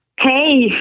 Hey